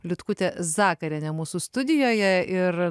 liutkutė zakarienė mūsų studijoje ir